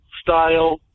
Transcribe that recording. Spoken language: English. style